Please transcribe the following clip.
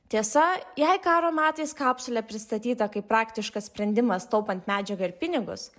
tiesa jei karo metais kapsulė pristatyta kaip praktiškas sprendimas taupant medžiagą ir pinigus